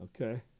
Okay